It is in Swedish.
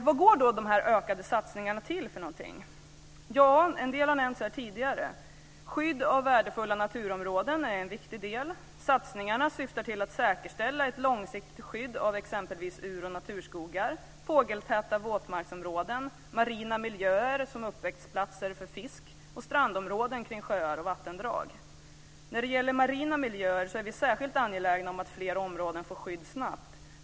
Vad går då de ökade satsningarna till? En del har nämnts här tidigare. Skydd av värdefulla naturområden är en viktig del. Satsningarna syftar till att säkerställa ett långsiktigt skydd av exempelvis ur och naturskogar, fågeltäta våtmarksområden, marina miljöer som uppväxtplatser för fisk och strandområden kring sjöar och vattendrag. När det gäller marina miljöer är vi särskilt angelägna om att fler områden får skydd snabbt.